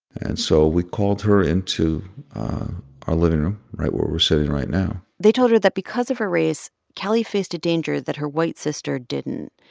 and so we called her into our living room, right where we're sitting right now they told her that because of her race, kelly faced a danger that her white sister didn't,